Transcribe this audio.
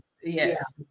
Yes